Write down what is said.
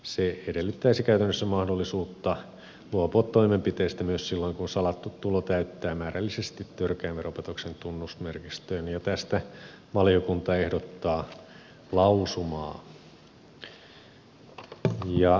se edellyttäisi käytännössä mahdollisuutta luopua toimenpiteistä myös silloin kun salattu tulo täyttää määrällisesti törkeän veropetoksen tunnusmerkistön ja tästä valiokunta ehdottaa lausumaa